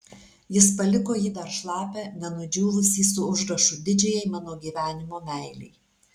jis paliko jį dar šlapią nenudžiūvusį su užrašu didžiajai mano gyvenimo meilei